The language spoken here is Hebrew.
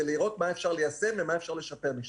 ולראות מה אפשר ליישם ומה אפשר לשפר משם.